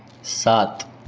સાત